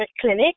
clinic